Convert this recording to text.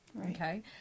Okay